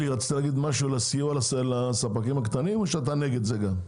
אלי רצה להגיד משהו לסיוע לספקים הקטנים או שאתה נגד זה גם?